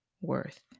worth